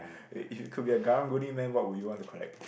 eh if you could be a karang guni man what would you want to collect